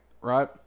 right